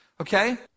Okay